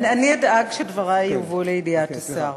אני אדאג שדברי יובאו לידיעת השר.